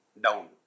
down